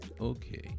Okay